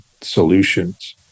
solutions